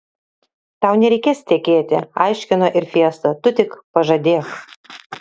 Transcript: tau nereikės tekėti aiškino ir fiesta tu tik pažadėk